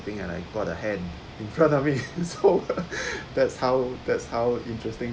being an I got the hand in front of me so that's how that's how interesting